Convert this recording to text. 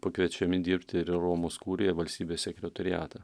pakviečiami dirbti ir į romos kuriją valstybės sekretoriatą